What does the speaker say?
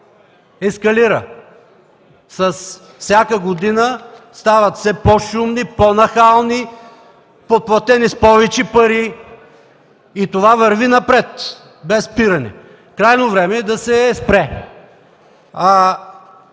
ескалира. С всяка година стават все по-силни, по-нахални, подплатени с повече пари и това върви напред без спиране. Крайно време е да се спре!